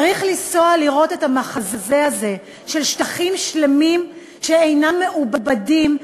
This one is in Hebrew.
צריך לנסוע לראות את המחזה הזה של שטחים שלמים שאינם מעובדים,